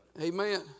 Amen